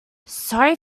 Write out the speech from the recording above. sorry